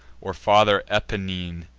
or father apennine,